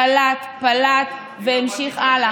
קלט, פלט והמשיך הלאה.